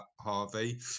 harvey